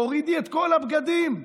תורידי את כל הבגדים,